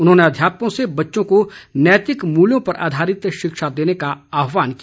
उन्होंने अध्यापकों से बच्चों को नैतिक मुल्यों पर आधारित शिक्षा देने का आहवान किया